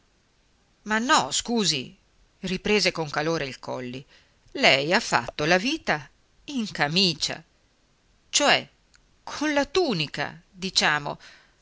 ma no scusi riprese con calore il colli lei ha fatto la vita in camicia cioè con la tunica diciamo